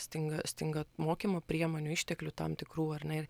stinga stinga mokymo priemonių išteklių tam ar ne ir